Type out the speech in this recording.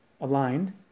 aligned